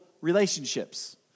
relationships